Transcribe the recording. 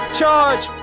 charge